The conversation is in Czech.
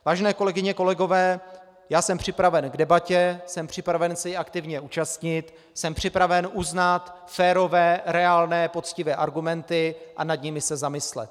Vážené kolegyně, kolegové, já jsem připraven k debatě, jsem připraven se jí aktivně účastnit, jsem připraven uznat férové, reálné, poctivé argumenty a nad nimi se zamyslet.